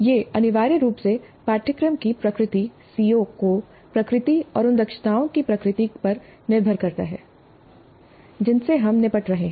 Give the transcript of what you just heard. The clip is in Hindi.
यह अनिवार्य रूप से पाठ्यक्रम की प्रकृति सीओ की प्रकृति और उन दक्षताओं की प्रकृति पर निर्भर करता है जिनसे हम निपट रहे हैं